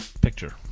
picture